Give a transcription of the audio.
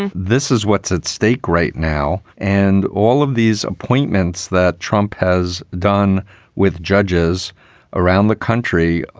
and this is what's at stake right now. and all of these appointments that trump has done with judges around the country.